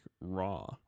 raw